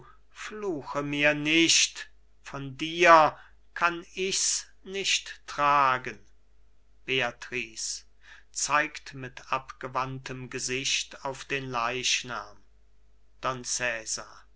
fluche mir nicht von dir kann ich's nicht tragen beatrice zeigt mit abgewandtem gesicht auf den leichnam